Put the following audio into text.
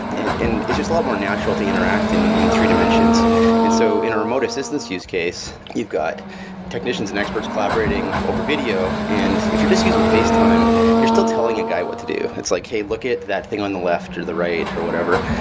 it's just a lot more natural to interact in in three dimensions and so in a remote assistance use case, you've got technicians and experts collaborating over video. and if you're just using facetime, you're still telling a guy what to do. it's like, hey, look at that thing on the left or the right or whatever.